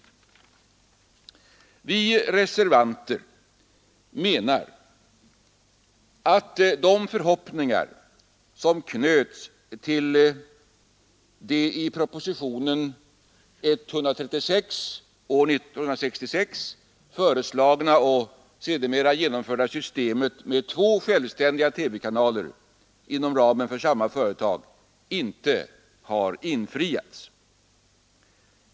Vi reservanter menar att de förhoppningar som knöts till det i propositionen 136 år 1966 föreslagna och sedermera genomförda systemet med två självständiga TV-kanaler inom ramen för samma företag inte har infriats.